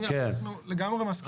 אנחנו לגמרי מסכימים.